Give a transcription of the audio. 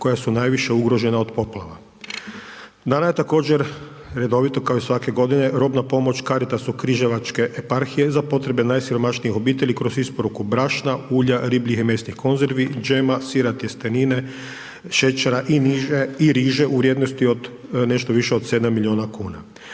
koja su najviše ugrožena od poplava. Dano je također, redovito kao i svake godine, robna pomoć Caritasu Križevačke eparhije za potrebe najsiromašnijih obitelji kroz isporuku brašna, ribljih i mesnih konzervi, džema, sira, tjestenine, šećera i riže u vrijednosti u nešto više od 7 milijuna kuna.